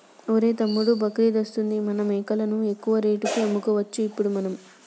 ఒరేయ్ తమ్ముడు బక్రీద్ వస్తుంది మన మేకలను ఎక్కువ రేటుకి అమ్ముకోవచ్చు ఇప్పుడు మనము